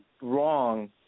wrong